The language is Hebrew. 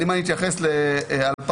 אם אני אתייחס ל-2022,